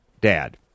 Dad